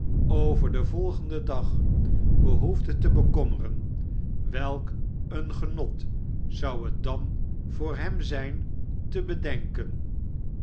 over den volgenden dag behoefde te bekommeren welk een genot zou het dan voor hem zijn te betlenken